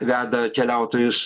veda keliautojus